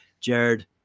Jared